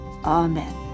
Amen